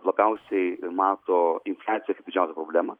labiausiai mato infliaciją kaip didžiausią problemą